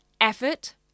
effort